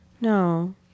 no